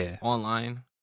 online